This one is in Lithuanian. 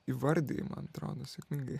įvardijai man atrodo sėkmingai